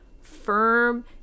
firm